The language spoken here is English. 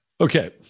Okay